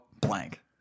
blank